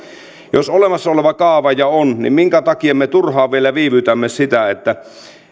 jos olemassa oleva kaava jo on niin minkä takia me turhaan vielä viivytämme siten että